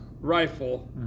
rifle